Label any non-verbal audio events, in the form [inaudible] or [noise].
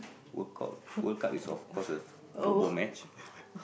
World-Cup World-Cup is of course the football match [laughs]